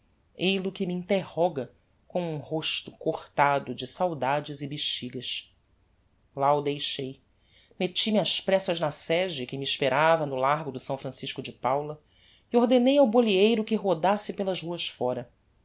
eil-o que me interroga com um rosto cortado de saudades e bexigas lá o deixei metti me ás pressas na sege que me esperava no largo do s francisco de paula e ordenei ao boleeiro que rodasse pelas ruas fóra